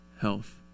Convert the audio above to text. health